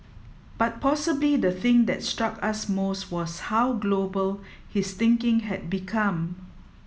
but possibly the thing that struck us most was how global his thinking has become